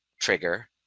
trigger